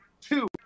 two